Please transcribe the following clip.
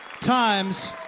Times